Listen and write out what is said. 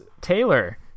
Taylor